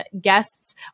guests